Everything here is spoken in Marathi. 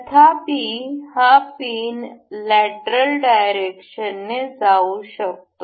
तथापि हा पिन लेटरल डायरेक्शनने जाऊ शकतो